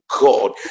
God